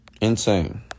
Insane